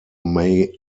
may